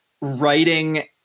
writing